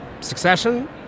Succession